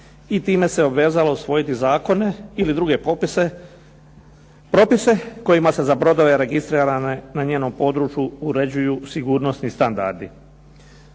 i time se obvezala usvojiti zakone ili druge propise kojima se za brodove registrirane na njenom području uređuju sigurnosni standardi.